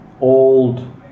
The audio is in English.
old